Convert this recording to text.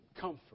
Comfort